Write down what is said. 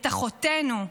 את אחותנו,